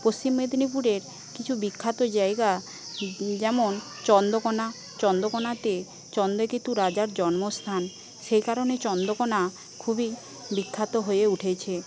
পশ্চিম মেদিনীপুরের কিছু বিখ্যাত জায়গা যেমন চন্দ্রকোণা চন্দ্রকোণাতে চন্দ্রকেতু রাজার জন্মস্থান সেই কারণে চন্দ্রকোণা খুবই বিখ্যাত হয়ে উঠেছে